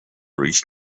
reached